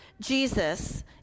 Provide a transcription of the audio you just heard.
Jesus